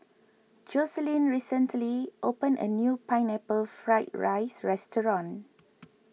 Jocelyne recently opened a new Pineapple Fried Rice restaurant